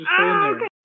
okay